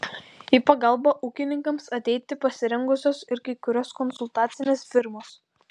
į pagalbą ūkininkams ateiti pasirengusios ir kai kurios konsultacinės firmos